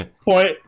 Point